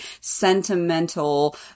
sentimental